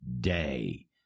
day